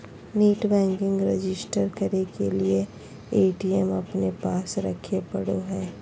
net banking register करे के लिए ए.टी.एम अपने पास रखे पड़ो हइ